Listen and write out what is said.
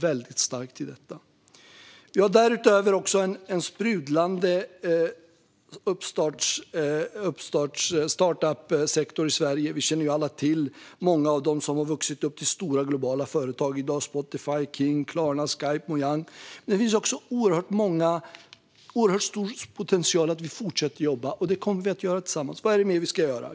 Vi har därutöver en sprudlande startup-sektor i Sverige. Vi känner alla till många av dem som har vuxit till stora, globala företag, som Spotify, King, Klarna, Skype och Mojang. Det finns en oerhört stor potential i att fortsätta jobba med detta, och det kommer vi att göra tillsammans. Vad är det mer vi ska göra?